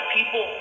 People